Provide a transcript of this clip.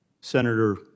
Senator